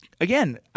again